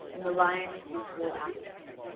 and the lion as usual after him.